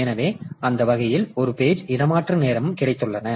எனவே அந்த வகையில் ஒரு பேஜ் இடமாற்று நேரமும் கிடைத்துள்ளன